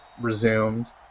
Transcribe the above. resumed